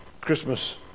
Christmas